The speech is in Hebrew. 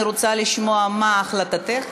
אני רוצה לשמוע מה החלטתך.